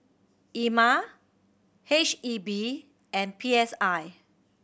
Ema H E B and P S I